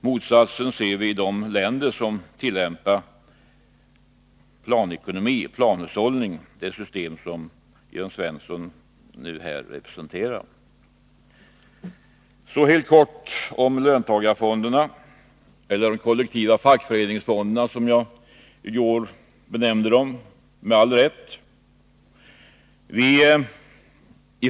Motsatsen ser vi i de länder som tillämpar planhushållning — det system som Jörn Svensson föredrar. Så helt kort om löntagarfonderna, eller de kollektiva fackföreningsfonderna som jag i går kallade dem.